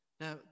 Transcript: Now